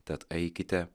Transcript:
tad eikite